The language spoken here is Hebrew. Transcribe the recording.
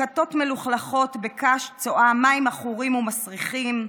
שקתות מלוכלכות בקש, צואה, מים עכורים ומסריחים.